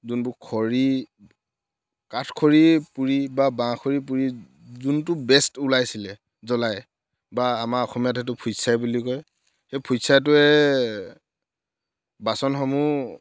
যোনবোৰ খৰি কাঠ খৰিয়েই পুৰি বা বাঁহ খৰি পুৰি যোনটো বেষ্ট ওলাইছিলে জ্বলাই বা আমাৰ অসমীয়াত সেইটো ফুট ছাই বুলি কয় সেই ফুট ছাইটোৱে বাচনসমূহ